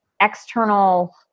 external